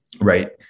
right